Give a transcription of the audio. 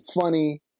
funny